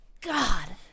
God